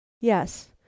Yes